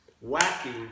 whacking